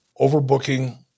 Overbooking